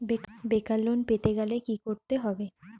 বেকার লোন পেতে গেলে কি করতে হবে?